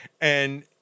And-